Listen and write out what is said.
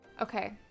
Okay